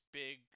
big